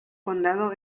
condado